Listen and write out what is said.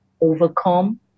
overcome